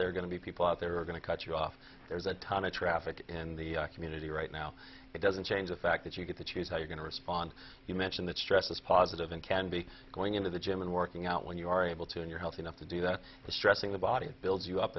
they're going to be people out there are going to cut you off there's a ton of traffic in the community right now it doesn't change the fact that you get to choose how you're going to respond you mention that stress is positive and can be going into the gym and working out when you are able to you're healthy enough to do that the stressing the body builds you up